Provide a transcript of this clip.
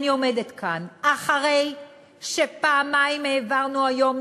אני עומדת כאן אחרי שפעמיים העברנו היום,